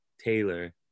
Taylor